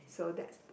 so that's the